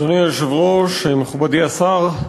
אדוני היושב-ראש, מכובדי השר,